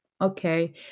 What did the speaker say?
Okay